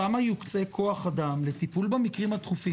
שם יוקצה כוח אדם לטיפול במקרים הדחופים?